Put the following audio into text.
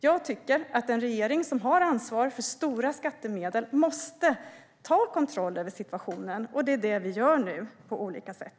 Jag tycker att en regering som har ansvar för stora skattemedel måste ta kontroll över situationen, och det är det vi gör nu på olika sätt.